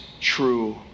true